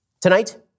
Tonight